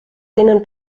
tenen